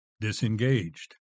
disengaged